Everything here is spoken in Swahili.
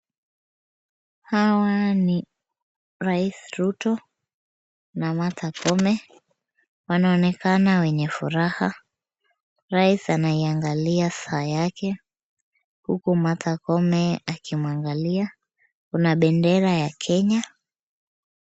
Hawa ni rais Ruto na Martha Koome. Wanaonekana wenye furaha. Rais anaiangalia saa yake huku Martha Koome akimwangalia. Kuna bendera ya Kenya.